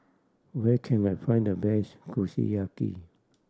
where can I find the best Kushiyaki